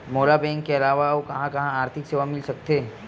मोला बैंक के अलावा आऊ कहां कहा आर्थिक सेवा मिल सकथे?